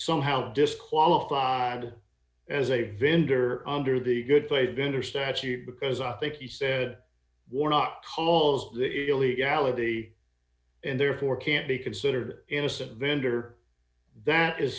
somehow disqualified as a vendor under the good play vendor statute because i think he said warnock told the illegality and therefore can't be considered innocent vendor that is